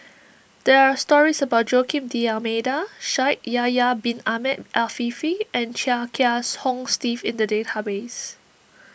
there are stories about Joaquim D'Almeida Shaikh Yahya Bin Ahmed Afifi and Chia Kiahs Hong Steve in the database